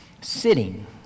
sitting